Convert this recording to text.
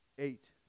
Eight